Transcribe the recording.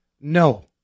No